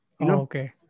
Okay